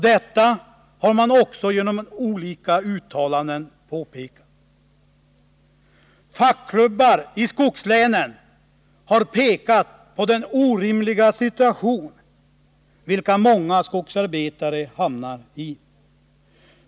Detta har man också Nr 40 påpekat genom olika uttalanden. Fackklubbar i skogslänen har pekat på den orimliga situation som många skogsarbetare hamnar i.